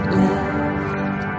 left